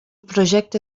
projecte